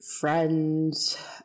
friends